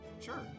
sure